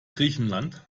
griechenland